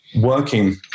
working